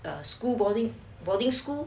the school boarding boarding school